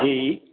जी